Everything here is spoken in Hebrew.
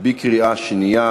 בקריאה שנייה